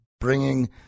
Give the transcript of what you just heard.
bringing